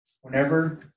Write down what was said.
Whenever